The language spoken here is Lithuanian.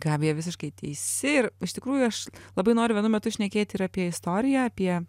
gabija visiškai teisi ir iš tikrųjų aš labai noriu vienu metu šnekėt ir apie istoriją apie